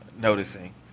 noticing